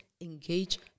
engage